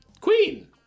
Queen